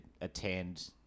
attend